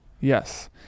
Yes